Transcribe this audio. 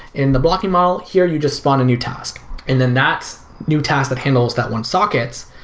in the blocking model, here you just spawn a new task and then that's new task that handles that one socket.